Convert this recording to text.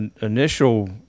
initial